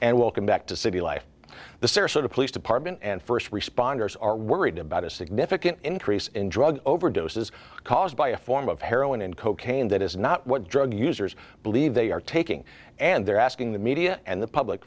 and welcome back to city life the sarasota police department and first responders are worried about a significant increase in drug overdoses caused by a form of heroin and cocaine that is not what drug users believe they are taking and they're asking the media and the public